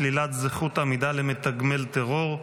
שלילת זכות עמידה למתגמל טרור),